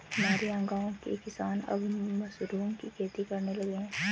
हमारे यहां गांवों के किसान अब मशरूम की खेती करने लगे हैं